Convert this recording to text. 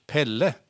Pelle